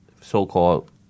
so-called